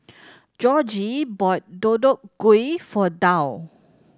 Georgie bought Deodeok Gui for Dow